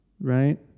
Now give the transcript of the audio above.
right